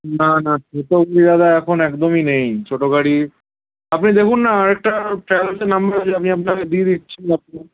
না না সে তো গিয়ে দাদা এখন একদমই নেই ছোটো গাড়ি আপনি দেখুন না আর একটা ট্র্যাভেলের নাম্বার আছে আমি আপনাকে দিয়ে দিচ্ছি আপনি